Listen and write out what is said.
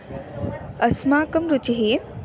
अस्माकं रुचिः